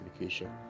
education